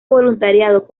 voluntariado